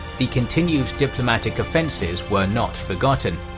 the continued diplomatic offenses were not forgotten,